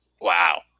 Wow